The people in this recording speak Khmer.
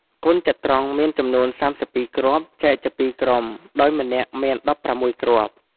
កូនចត្រង្គមានចំនួន ៣២គ្រាប់ ចែកជាពីរជាក្រុម ដោយម្នាក់មាន ១៦គ្រាប់។